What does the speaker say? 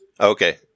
Okay